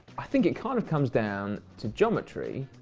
i think it kind of comes down to geometry,